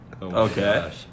Okay